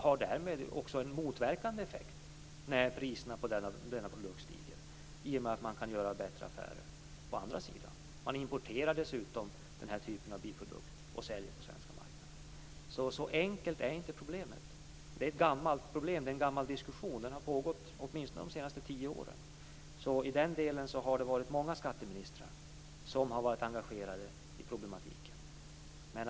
När priserna på denna produkt stiger har det därmed en motverkande effekt i och med att man kan göra bättre affärer "på andra sidan". Man importerar dessutom den här typen av biprodukt och säljer på den svenska marknaden. Så enkelt är alltså inte problemet. Detta är en gammal diskussion. Den har pågått åtminstone de senaste tio åren. Det är alltså många skatteministrar som har varit engagerade i den här problematiken.